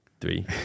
three